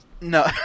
No